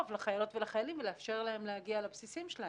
לחיילות ולחיילים ולאפשר להם להגיע לבסיסים שלהם.